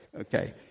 Okay